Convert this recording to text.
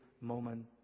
moment